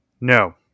No